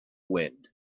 wind